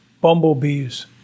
bumblebees